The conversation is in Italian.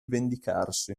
vendicarsi